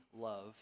love